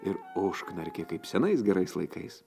ir užknarkė kaip senais gerais laikais